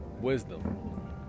wisdom